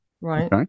Right